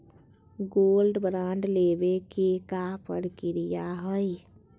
Gold bond लेवे के का प्रक्रिया हई?